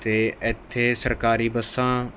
ਅਤੇ ਇੱਥੇ ਸਰਕਾਰੀ ਬੱਸਾਂ